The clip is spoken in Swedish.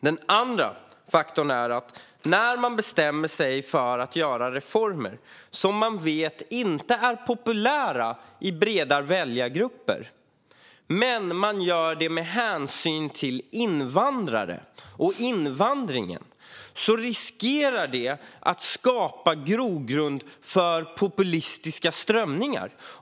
Den andra faktorn är följande: Om man bestämmer sig för reformer som man vet inte är populära i breda väljargrupper och genomför dem med hänvisning till invandrare och invandringen riskerar det att skapa en grogrund för populistiska strömningar.